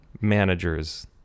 managers